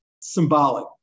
symbolic